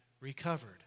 recovered